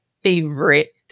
favorite